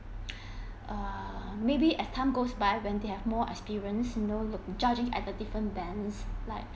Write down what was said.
err maybe as time goes by when they have more experience you know look judging at the different bands like